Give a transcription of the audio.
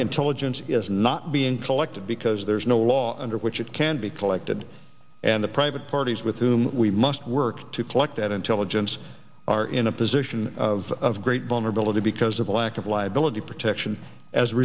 intelligence is not being collected because there's no law under which it can be collected and the private parties with whom we must work to collect that intelligence are in a position of great vulnerability because of a lack of liability protection as a